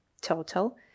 Total